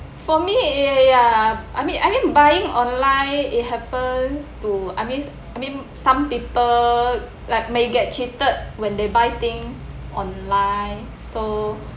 for me ya ya ya I mean I mean buying online it happened to I mean I mean some people like may get cheated when they buy things online so